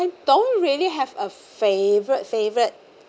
I don't really have a favourite favourite